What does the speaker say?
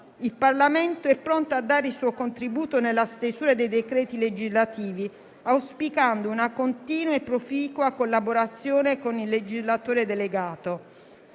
Il Parlamento è pronto a dare il suo contributo nella stesura dei decreti legislativi, auspicando una continua e proficua collaborazione con il legislatore delegato.